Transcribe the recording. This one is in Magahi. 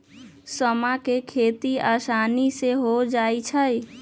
समा के खेती असानी से हो जाइ छइ